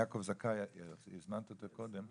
יעקב זכאי הזמנת אותו קודם?